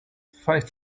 five